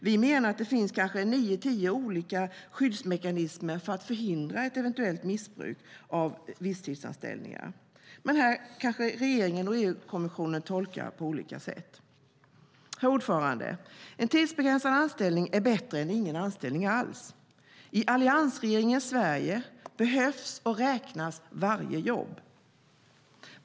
Vi menar att det kanske finns nio tio olika skyddsmekanismer för att förhindra ett eventuellt missbruk av visstidsanställningar. Men regeringen och EU-kommissionen tolkar kanske detta på olika sätt. Herr talman! En tidsbegränsad anställning är bättre än ingen anställning alls. I alliansregeringens Sverige behövs och räknas varje jobb.